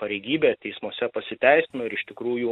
pareigybė teismuose pasiteisino ir iš tikrųjų